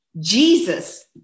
Jesus